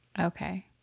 Okay